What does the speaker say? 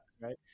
right